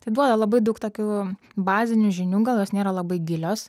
tai buvę labai daug tokių bazinių žinių gal jos nėra labai gilios